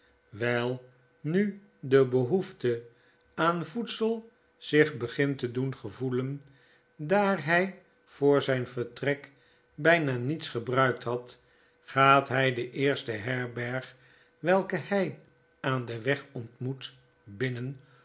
wijl nu de behoefte aan voedsel zich begint te doen gevoelen daar hij voor zijn vertrek bjjna niets gebruikt had gaathjj de eerste herberg welke hg aan den weg ontmoet binnen